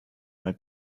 mal